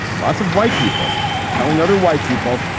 lots of white people are telling other white people,